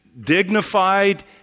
dignified